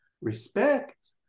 Respect